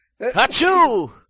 Hachu